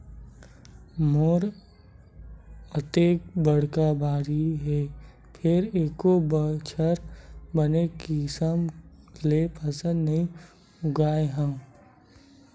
मोर अतेक बड़का बाड़ी हे फेर एको बछर बने किसम ले फसल नइ उगाय हँव